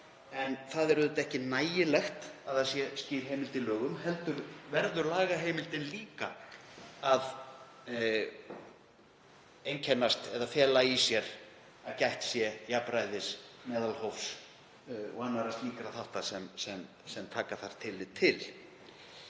En það er ekki nægilegt að það sé skýr heimild í lögum heldur verður lagaheimildin líka að fela í sér að gætt sé jafnræðis, meðalhófs og annarra slíkra þátta sem taka þarf tillit til.